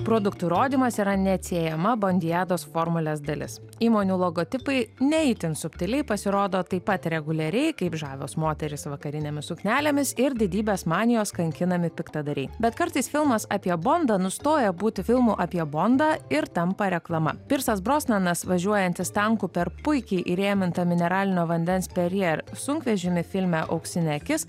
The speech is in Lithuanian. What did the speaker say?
produktų rodymas yra neatsiejama bondijados formulės dalis įmonių logotipai ne itin subtiliai pasirodo taip pat reguliariai kaip žavios moterys vakarinėmis suknelėmis ir didybės manijos kankinami piktadariai bet kartais filmas apie bonda nustoja būti filmų apie bonda ir tampa reklama pyrsas brosnanas važiuojantis tankų per puikiai įrėmintą mineralinio vandens perier sunkvežimį filme auksinė akis